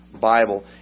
Bible